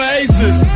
aces